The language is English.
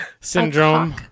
syndrome